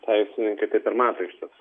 teisininkai kaip ir mato iš tiesų